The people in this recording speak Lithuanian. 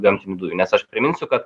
gamtinių dujų nes aš priminsiu kad